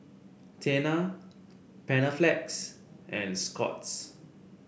Tena Panaflex and Scott's